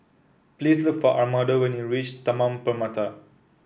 please look for Armando when you reach Taman Permata